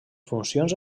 funcions